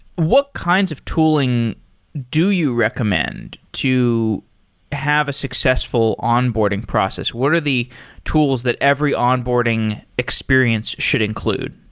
what kinds of tooling do you recommend to have a successful onboarding process? what are the tools that every onboarding experience should include?